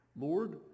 Lord